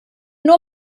nur